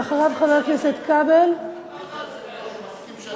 אחריו, הוא מסכים,